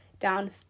down